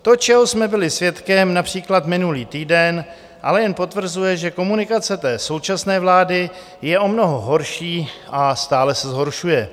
To, čeho jsme byli svědkem například minulý týden, ale jen potvrzuje, že komunikace současné vlády je o mnoho horší a stále se zhoršuje.